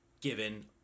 given